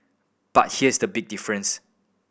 but here is the big difference